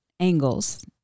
Angles